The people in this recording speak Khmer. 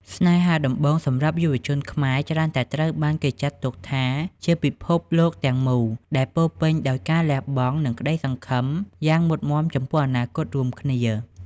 ស្នេហាដំបូងសម្រាប់យុវជនខ្មែរ ច្រើនតែត្រូវបានគេចាត់ទុកថាជាពិភពលោកទាំងមូល ដែលពោរពេញដោយការលះបង់ និងក្តីសង្ឃឹមយ៉ាងមុតមាំចំពោះអនាគតរួមគ្នា។